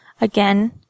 Again